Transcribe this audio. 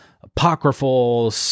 apocryphal